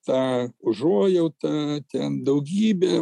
tą užuojautą ten daugybė